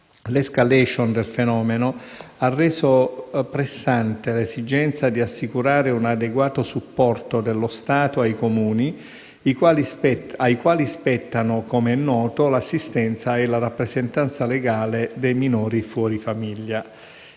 L'*escalation* del fenomeno ha reso pressante l'esigenza di assicurare un adeguato supporto dello Stato ai Comuni ai quali spettano - come è noto - l'assistenza e la rappresentanza legale dei minori fuori famiglia.